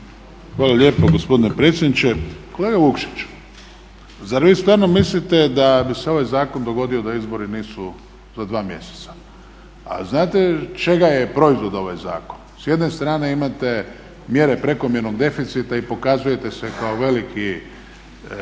Hvala lijepo gospodine predsjedniče. Kolega Vukšić, zar vi stvarno mislite da bi se ovaj zakon dogodio da izbori nisu za 2 mjeseca. A znate čega je proizvod ovaj zakon? S jedne strane imate mjere prekomjernog deficita i pokazujete se kao veliki